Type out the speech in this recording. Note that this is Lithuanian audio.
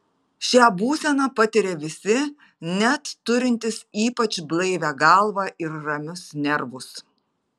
šią būseną patiria visi net turintys ypač blaivią galvą ir ramius nervus